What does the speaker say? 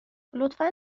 لطفا